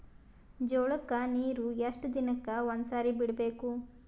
ಜೋಳ ಕ್ಕನೀರು ಎಷ್ಟ್ ದಿನಕ್ಕ ಒಂದ್ಸರಿ ಬಿಡಬೇಕು?